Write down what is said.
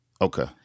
Okay